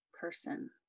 person